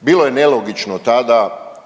Bilo je nelogično tada